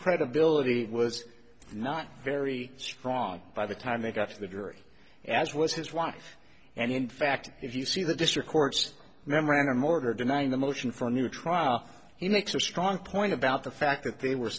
credibility was not very strong by the time they got to the jury as was his wife and in fact if you see the district court's memorandum order denying the motion for new trial he makes a strong point about the fact that they were